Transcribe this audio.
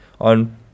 on